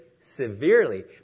severely